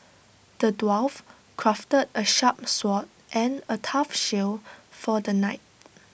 the dwarf crafted A sharp sword and A tough shield for the knight